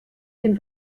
den